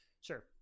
Sure